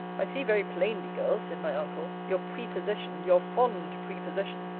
i see very plainly, girl, said my uncle, your prepossession, your fond prepossession,